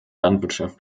landwirtschaft